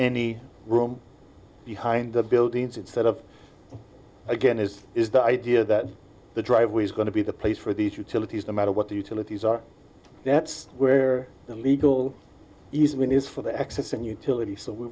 any room behind the buildings instead of again is is the idea that the driveway is going to be the place for these utilities no matter what the utilities are that's where the legal easement is for the access and utility so we